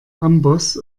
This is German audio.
amboss